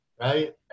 right